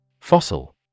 Fossil